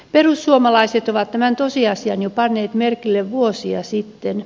perussuomalaiset ovat tämän tosiasian panneet merkille jo vuosia sitten